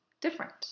different